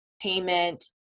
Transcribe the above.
payment